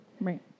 Right